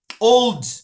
old